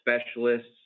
specialists